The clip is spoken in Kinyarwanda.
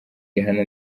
rihanna